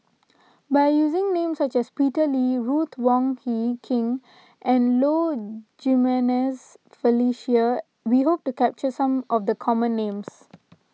by using names such as Peter Lee Ruth Wong Hie King and Low Jimenez Felicia we hope to capture some of the common names